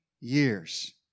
years